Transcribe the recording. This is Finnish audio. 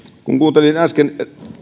kun kuuntelin äsken